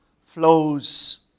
flows